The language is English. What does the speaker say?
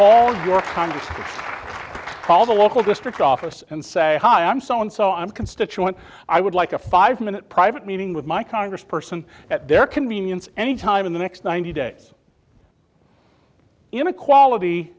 call the local district office and say hi i'm so and so i'm constituent i would like a five minute private meeting with my congressperson at their convenience anytime in the next ninety days inequality